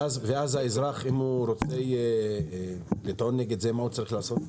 ואם האזרח רוצה לטעון נגד זה, מה הוא צריך לעשות?